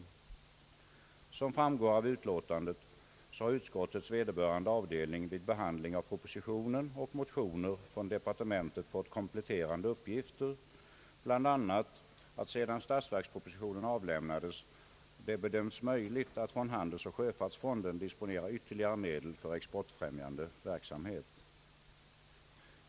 Såsom framgår av utlåtandet har utskottets vederbörande avdelning vid behandlingen av propositionen och motionerna fått kompletterande uppgifter från departementet, bl.a. om att sedan statsverkspropositionen avlämnades det bedömts möjligt att från handelsoch sjöfartsfonden disponera ytterligare medel för exportfrämjande verksamhet.